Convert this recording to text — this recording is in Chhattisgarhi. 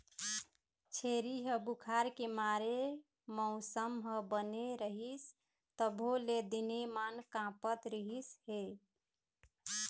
छेरी ह बुखार के मारे मउसम ह बने रहिस तभो ले दिनेमान काँपत रिहिस हे